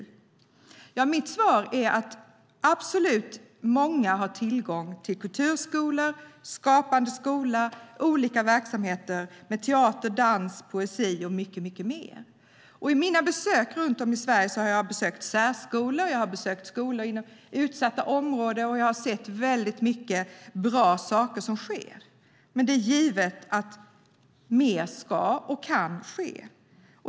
Mitt svar är att många absolut har tillgång till kulturskolor, Skapande skola och olika verksamheter i skolan med teater, dans, poesi och mycket mer. Jag har gjort besök runt om i Sverige på bland annat särskolor och skolor i utsatta områden, och jag har sett väldigt mycket bra saker som sker. Men det är givet att mer ska och kan ske.